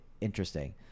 interesting